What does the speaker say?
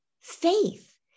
faith